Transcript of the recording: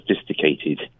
sophisticated